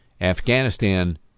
Afghanistan